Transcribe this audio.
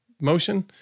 motion